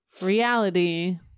reality